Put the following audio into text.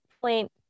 point